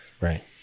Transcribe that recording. Right